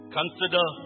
consider